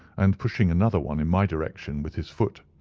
and pushing another one in my direction with his foot.